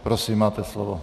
Prosím, máte slovo.